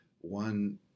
one